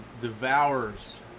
devours